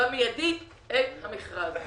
במיידית את המכרז.